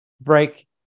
break